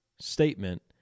statement